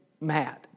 mad